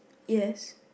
yes